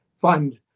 fund